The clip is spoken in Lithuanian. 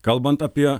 kalbant apie